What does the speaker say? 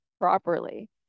properly